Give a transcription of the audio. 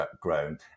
grown